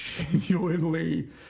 genuinely